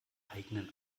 eigenen